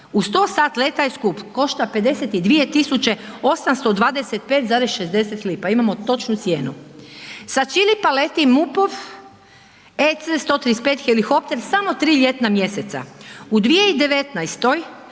Uz to sat leta je skup, košta 52 tisuće 825,60. Imamo točnu cijenu. Sa Čilipa leti MUP-ov EC135 helikopter samo tri ljetna mjeseca. U 2019. do